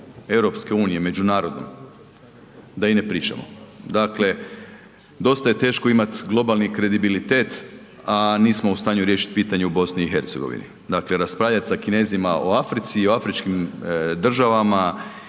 EU međunarodne da i ne pričamo. Dakle, dosta je teško imati globalni kredibilitet, a nismo u stanju riješiti pitanje u BiH. Dakle, raspravljat sa Kinezima o Africi i afričkim državama